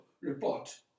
report